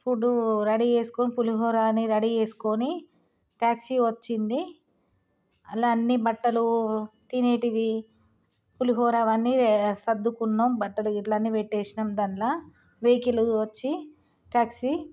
food ready చేసుకొని పులిహోర అన్ని రెడీ చేసుకొని ట్యాక్సీ వచ్చింది అందులో అన్ని బట్టలు తినేవి పులిహోర అవి అన్నీ సర్దుకున్నాం బట్టలు గట్ల అన్నీ వెట్టేనాం దానిలో వెహికల్ వచ్చి ట్యాక్సీ